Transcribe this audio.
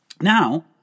Now